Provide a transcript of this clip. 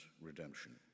redemption